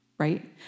Right